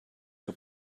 que